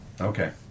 Okay